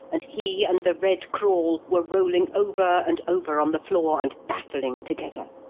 and he and the red crawl were rolling over and over on the floor and battling together.